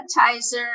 appetizer